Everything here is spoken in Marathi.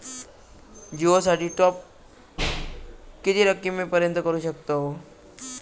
जिओ साठी टॉप किती रकमेपर्यंत करू शकतव?